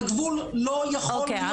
על גבול לא יכול להיות בתפקיד.